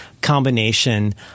combination